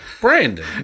Brandon